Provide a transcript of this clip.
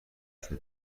شده